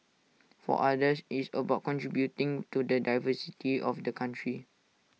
for others IT is about contributing to the diversity of the country